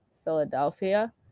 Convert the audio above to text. Philadelphia